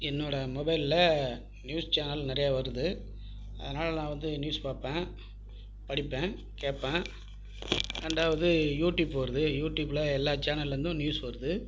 என்னோட மொபைலில் news channel நிறையா வருது அதனால் நான் வந்து நியூஸ் பார்ப்பேன் படிப்பேன் கேட்பேன் ரெண்டாவது யூடியூப் வருது யூடியூப்பில் எல்லா சேனல்லந்தும் நியூஸ் வருது